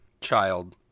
Child